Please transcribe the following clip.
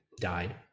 died